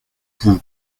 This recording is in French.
vous